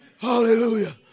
Hallelujah